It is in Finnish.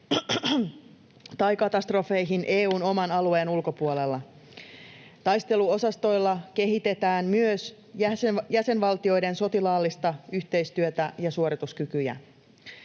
tai katastrofeihin EU:n oman alueen ulkopuolella. Taisteluosastoilla kehitetään myös jäsenvaltioiden sotilaallista yhteistyötä ja suorituskykyjä.